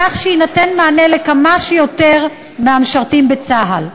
כך שיינתן מענה לכמה שיותר מהמשרתים בצה"ל.